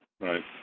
Right